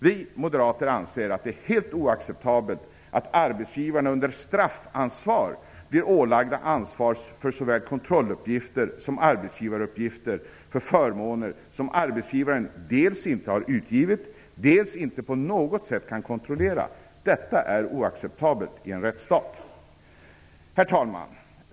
Vi moderater anser att det är helt oacceptabelt att arbetsgivarna under straffansvar blir ålagda ansvar för såväl kontrolluppgifter som arbetsgivaruppgifter om förmåner som arbetsgivaren dels inte har utgivit, dels inte på något sätt kan kontrollera. Detta är oacceptabelt i en rättsstat. Herr talman!